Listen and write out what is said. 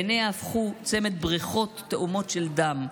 עיניה הפכו צמד בריכות תאומות של דם,